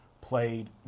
played